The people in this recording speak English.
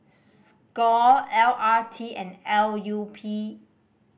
score L R T and L U P